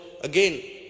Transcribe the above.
again